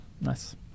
nice